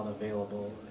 available